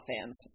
fans